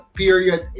period